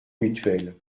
mutuel